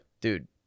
Dude